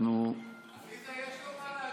יש לו מה להגיד.